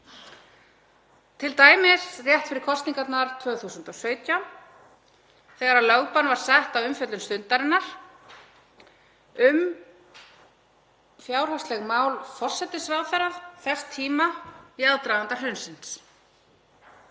t.d. rétt fyrir kosningarnar 2017 þegar lögbann var sett á umfjöllun Stundarinnar um fjárhagsleg mál forsætisráðherra þess tíma í aðdraganda hrunsins.